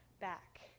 back